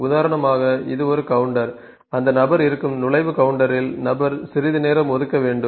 உதாரணமாக இது ஒரு கவுண்டர் அந்த நபர் இருக்கும் நுழைவு கவுண்டரில் நபர் சிறிது நேரம் ஒதுக்க வேண்டும்